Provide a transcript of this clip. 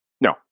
No